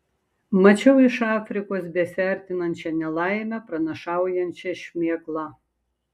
mačiau iš afrikos besiartinančią nelaimę pranašaujančią šmėklą